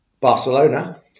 Barcelona